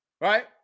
Right